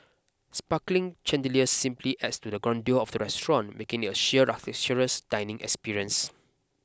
sparkling chandeliers simply adds to the grandeur of the restaurant making it a sheer luxurious dining experience